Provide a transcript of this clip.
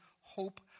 hope